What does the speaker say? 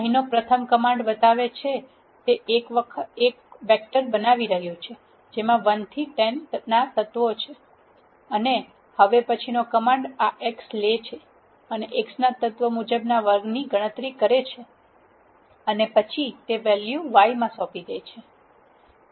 અહીંનો પ્રથમ કમાન્ડ બતાવે છે તે એક વેક્ટર બનાવી રહ્યું છે જેમાં 1 થી 10 ના તત્વો છે અને હવે પછીનો કમાન્ડ આ x લે છે અને x ના તત્વ મુજબના વર્ગ ની ગણતરી કરે છે અને પછી તે વેલ્યુ ને y માં સોંપી દે છે